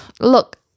look